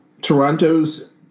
Toronto's